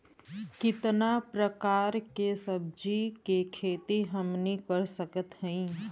कितना प्रकार के सब्जी के खेती हमनी कर सकत हई?